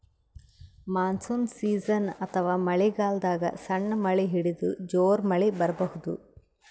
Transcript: monsoon season ಅಥವಾ ಮಳಿಗಾಲದಾಗ್ ಸಣ್ಣ್ ಮಳಿ ಹಿಡದು ಜೋರ್ ಮಳಿ ಬರಬಹುದ್